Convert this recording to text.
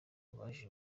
waje